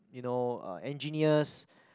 you know uh engineers